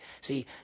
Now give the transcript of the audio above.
See